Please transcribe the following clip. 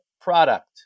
product